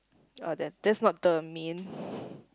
oh then that's not the main